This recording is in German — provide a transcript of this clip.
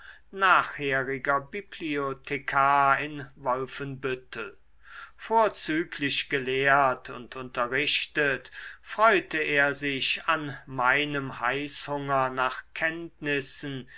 nachheriger bibliothekar in wolfenbüttel vorzüglich gelehrt und unterrichtet freute er sich an meinem heißhunger nach kenntnissen